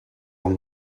een